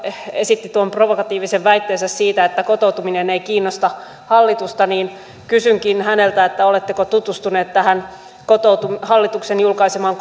esitti tuon provokatiivisen väitteensä siitä että kotoutuminen ei kiinnosta hallitusta niin kysynkin häneltä oletteko tutustunut tähän hallituksen julkaisemaan